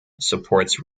supports